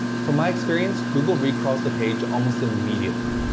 from my experience, google recrawls the page almost immediately.